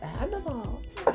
animals